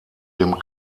dem